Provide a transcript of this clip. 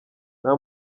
nta